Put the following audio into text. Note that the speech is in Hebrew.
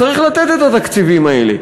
צריך לתת את התקציבים האלה,